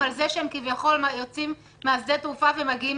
בבקשה,